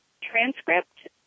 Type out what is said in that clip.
transcript